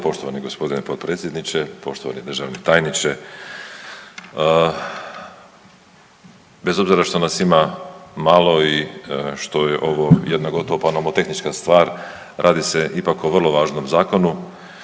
poštovani g. potpredsjedniče. Poštovani državni tajniče. Bez obzira što nas ima malo i što je ovo jedna gotovo pa nomotehnička stvar, radi se ipak o vrlo važnom zakonu